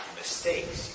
mistakes